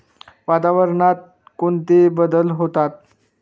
वातावरणात कोणते बदल होतात?